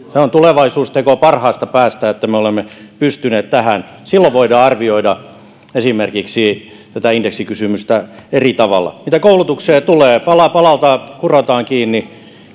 sehän on tulevaisuusteko parhaasta päästä että me olemme pystyneet tähän silloin voidaan arvioida esimerkiksi tätä indeksikysymystä eri tavalla mitä koulutukseen tulee pala palalta kurotaan kiinni